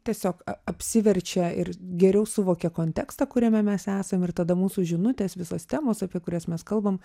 tiesiog apsiverčia ir geriau suvokia kontekstą kuriame mes esam ir tada mūsų žinutės visos temos apie kurias mes kalbam